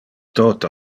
tote